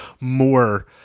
more